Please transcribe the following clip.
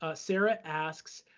ah sarah asks,